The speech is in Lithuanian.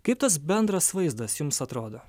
kaip tas bendras vaizdas jums atrodo